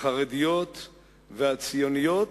החרדיות והציוניות,